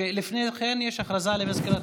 לפני כן יש הודעה למזכירת